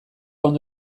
ondo